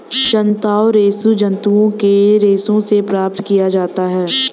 जांतव रेशे जंतुओं के रेशों से प्राप्त किया जाता है